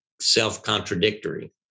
self-contradictory